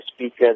speaker